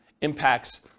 impacts